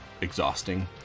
exhausting